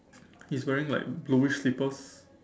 he's wearing like blueish slipper